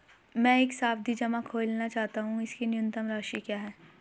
मैं एक सावधि जमा खोलना चाहता हूं इसकी न्यूनतम राशि क्या है?